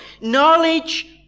Knowledge